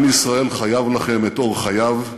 עם ישראל חייב לכם את אור חייו,